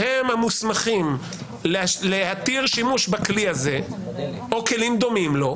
שהם המוסמכים להתיר שימוש בכלי הזה או בכלים דומים לו,